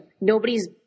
nobody's